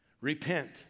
Repent